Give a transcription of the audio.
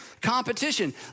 competition